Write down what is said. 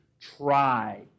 try